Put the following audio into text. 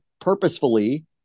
purposefully